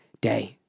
day